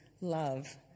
love